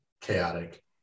chaotic